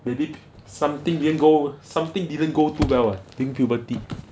maybe something you go something didn't go to well ah during puberty